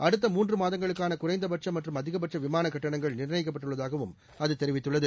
அடுத்த மூன்று மாதங்களுக்கான குறைந்தபட்ச மற்றும் அதிகபட்ச விமான பயணக் கட்டணங்கள் நிர்ணயிக்கப்பட்டுள்ளதாகவும் அது தெரிவித்துள்ளது